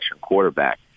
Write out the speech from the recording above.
quarterback